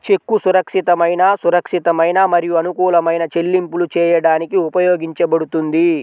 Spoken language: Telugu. చెక్కు సురక్షితమైన, సురక్షితమైన మరియు అనుకూలమైన చెల్లింపులు చేయడానికి ఉపయోగించబడుతుంది